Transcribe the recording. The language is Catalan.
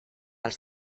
els